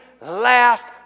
last